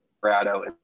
Colorado